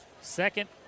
Second